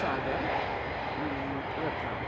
Sagar Ratlam